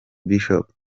bishop